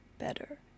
better